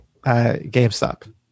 GameStop